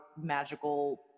magical